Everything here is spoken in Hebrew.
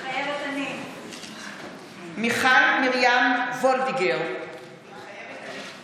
מתחייבת אני מיכל מרים וולדיגר, מתחייבת אני